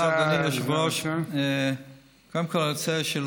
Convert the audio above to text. אבל צריך לחוש את השר, את סגן השר.